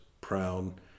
proud